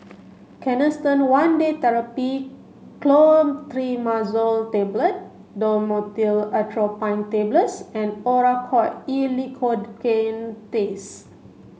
Canesten one Day Therapy Clotrimazole Tablet Dhamotil Atropine Tablets and Oracort E Lidocaine